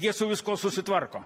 jie su viskuo susitvarko